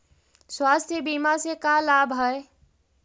स्वास्थ्य बीमा से का लाभ है?